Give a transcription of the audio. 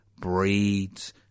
breeds